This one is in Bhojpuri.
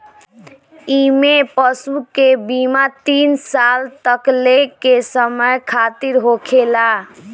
इमें पशु के बीमा तीन साल तकले के समय खातिरा होखेला